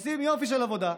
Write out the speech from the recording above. הם עושים יופי של עבודה.